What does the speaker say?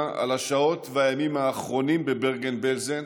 על השעות והימים האחרונים בברגן-בלזן